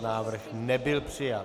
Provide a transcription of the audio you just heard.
Návrh nebyl přijat.